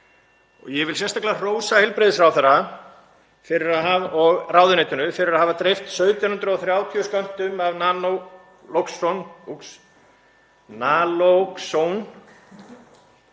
Ég vil sérstaklega hrósa heilbrigðisráðherra og ráðuneytinu fyrir að hafa dreift 1.730 skömmtum af (Forseti